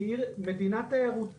שהיא מדינת תיירות